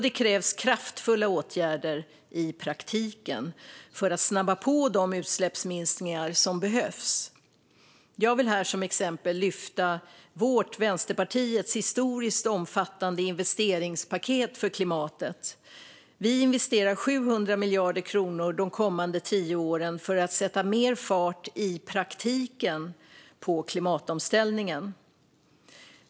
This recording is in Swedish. Det krävs kraftfulla åtgärder, i praktiken, för att snabba på de utsläppsminskningar som behövs. Jag vill här som exempel lyfta fram Vänsterpartiets historiskt omfattande investeringspaket för klimatet. Vi vill investera 700 miljarder kronor de kommande tio åren för att sätta mer fart, i praktiken, på klimatomställningen.